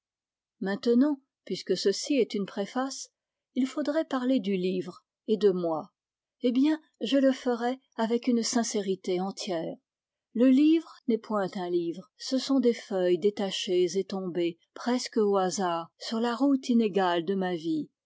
maintenant puisque ceci est une préface il faudrait parler du livre et de moi eh bien je le ferai avec une sincérité entière le livre n'est point un livre ce sont des feuilles détachées et tombées presque au hasard sur la route inégalé de ma vie